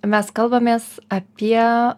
mes kalbamės apie